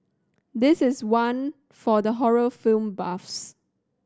this is one for the horror film buffs